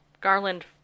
Garland